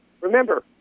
Remember